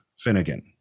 Finnegan